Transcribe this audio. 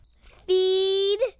Feed